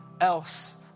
else